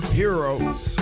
heroes